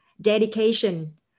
dedication